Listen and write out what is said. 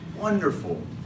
wonderful